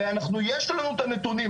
הרי יש לנו את הנתונים,